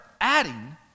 adding